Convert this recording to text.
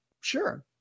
Sure